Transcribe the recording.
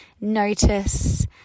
notice